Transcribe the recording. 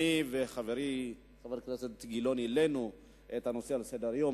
אני וחברי חבר הכנסת גילאון העלינו את הנושא על סדר-היום.